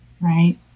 right